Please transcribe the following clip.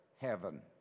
heaven